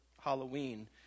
Halloween